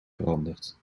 veranderd